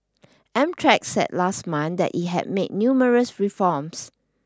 Amtrak said last month that it had made numerous reforms